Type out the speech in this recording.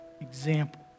example